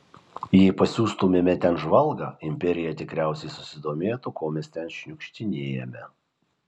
jei pasiųstumėme ten žvalgą imperija tikriausiai susidomėtų ko mes ten šniukštinėjame